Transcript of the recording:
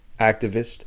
activist